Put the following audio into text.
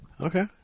Okay